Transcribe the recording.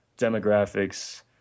demographics